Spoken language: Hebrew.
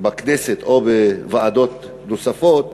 בכנסת או בוועדות נוספות,